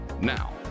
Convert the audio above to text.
Now